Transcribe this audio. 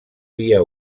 via